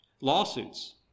Lawsuits